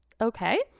okay